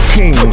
King